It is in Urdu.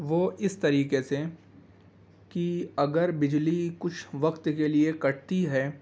وہ اس طریقے سے کہ اگر بجلی کچھ وقت کے لیے کٹتی ہے